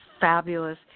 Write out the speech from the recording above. fabulous